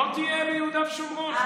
לא תהיה ביהודה ושומרון.